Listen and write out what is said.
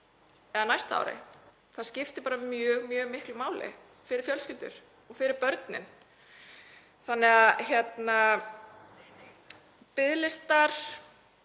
eða næsta ári. Það skiptir bara mjög miklu máli fyrir fjölskyldur og fyrir börnin. Biðlistar